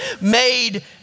made